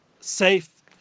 safe